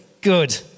good